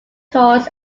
tours